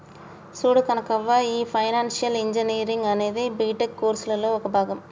చూడు కనకవ్వ, ఈ financial engineering అనేది బీటెక్ కోర్సులలో ఒక భాగం